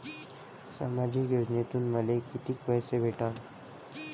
सामाजिक योजनेतून मले कितीक पैसे भेटन?